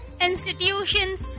institutions